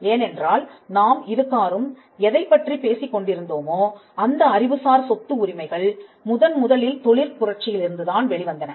ஏனென்றால் நாம் இதுகாறும் எதைப் பற்றி பேசிக் கொண்டிருந்தோமோ அந்த அறிவுசார் சொத்து உரிமைகள் முதன்முதலில் தொழிற்புரட்சியிலிருந்து தான் வெளிவந்தன